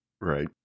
Right